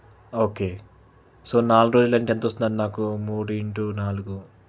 okay so నాలుగు రోజులంటే ఎంత స్తుందండి నాకు మూడు ఇంటూ నాలుగు